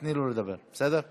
תני לו לדבר, הוא